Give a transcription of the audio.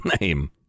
name